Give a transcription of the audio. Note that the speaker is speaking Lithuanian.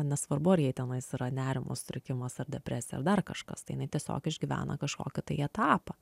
nesvarbu ar jai tenais yra nerimo sutrikimas ar depresija ar dar kažkas tai jinai tiesiog išgyvena kažkokį tai etapą